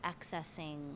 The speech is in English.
accessing